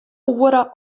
oere